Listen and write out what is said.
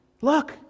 Look